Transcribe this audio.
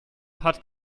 hat